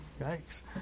Yikes